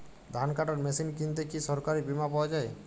ধান কাটার মেশিন কিনতে কি সরকারী বিমা পাওয়া যায়?